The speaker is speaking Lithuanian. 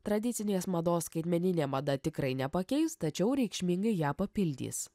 tradicinės mados skaitmeninė mada tikrai nepakeis tačiau reikšmingai ją papildys